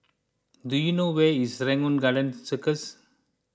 do you know where is Serangoon Garden Circus